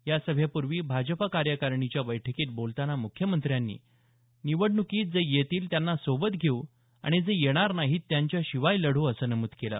या सभेपूर्वी भाजप कार्यकारिणीच्या बैठकीत बोलताना मुख्यमंत्र्यांनी निवडण्कीत जे येतील त्यांना सोबत घेऊ आणि जे येणार नाहीत त्यांच्याशिवाय लढू असं नमूद केलं